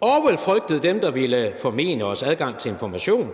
Orwell frygtede dem, der ville formene os adgang til information.